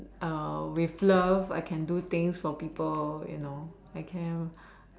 with love I can do things for people you know I came